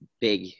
big